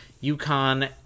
Yukon